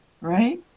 right